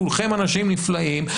כולכם אנשים נפלאים,